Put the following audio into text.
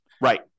Right